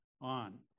on